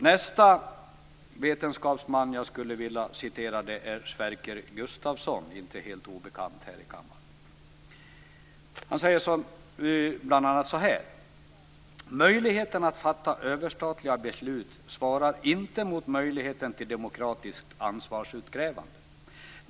Nästa vetenskapsman som jag vill referera är Sverker Gustavsson som inte är helt obekant här i kammaren. Han säger bl.a.: Möjligheten att fatta överstatliga beslut svarar inte mot möjligheten till demokratiskt ansvarsutkrävande.